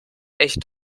echt